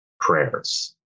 prayers